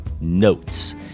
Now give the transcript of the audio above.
notes